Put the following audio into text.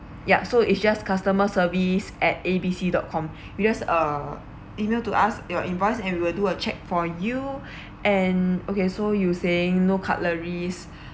ya so it's just customer service at A B C dot com you just uh email to us your invoice and we will do a check for you and okay so you saying no cutleries